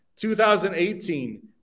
2018